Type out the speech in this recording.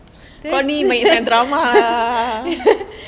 that's